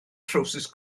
trowsus